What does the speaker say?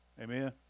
Amen